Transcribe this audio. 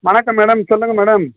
வணக்கம் மேடம் சொல்லுங்கள் மேடம்